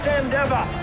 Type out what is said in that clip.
endeavor